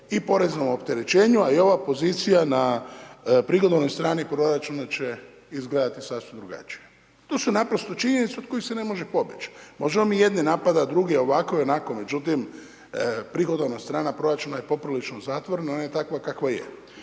i poreznoj opterećenju, a i ova pozicija na prihodovnoj strani proračuna, će izgledati sasvim drugačije. To su naprosto činjenice od koji se ne može pobjeć'. Možemo mi jedne napadat, druge ovako i onako, no međutim, prihodovna strana proračuna je poprilično zatvorena, ona je takva kakva je.